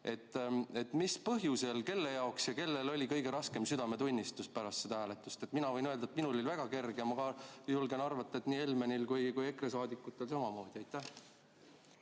Mis põhjusel, kelle jaoks ja kellel oli kõige raskem südametunnistus pärast seda hääletust? Mina võin öelda, et minul oli väga kerge, ma julgen arvata, et nii Helmenil kui ka EKRE saadikutel samamoodi. Aitäh!